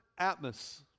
atmos